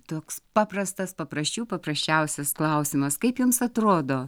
toks paprastas paprasčių paprasčiausias klausimas kaip jums atrodo